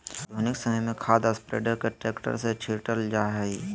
आधुनिक समय में खाद स्प्रेडर के ट्रैक्टर से छिटल जा हई